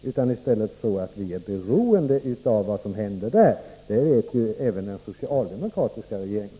Vi är i stället beroende av vad som händer där. Det vet även den socialdemokratiska regeringen.